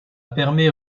permet